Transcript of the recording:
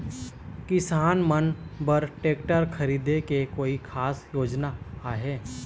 किसान मन बर ट्रैक्टर खरीदे के कोई खास योजना आहे?